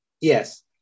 Yes